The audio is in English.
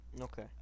Okay